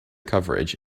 coverage